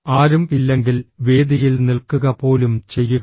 ആരും ഇല്ലെങ്കിൽ വേദിയിൽ നിൽക്കുക പോലും ചെയ്യുക